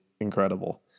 incredible